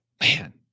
man